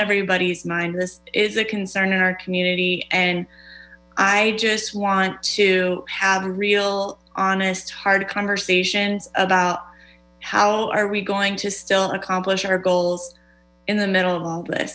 everybody's mind this is a concern in our community and i just want to have real honest hard conversations about how are we going to still accomplish our goals in the middle of all